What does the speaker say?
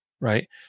Right